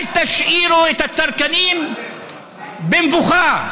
אל תשאירו את הצרכנים במבוכה,